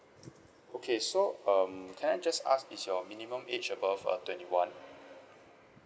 okay so um can I just ask is your minimum age above uh twenty one